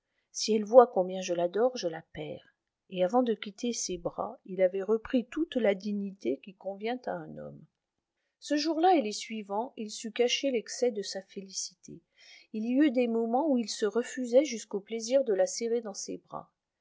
si elle voit combien je l'adore je la perds et avant de quitter ses bras il avait repris toute la dignité qui convient à un homme ce jour-là et les suivants il sut cacher l'excès de sa félicité il y eut des moments où il se refusait jusqu'au plaisir de la serrer dans ses bras